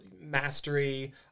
mastery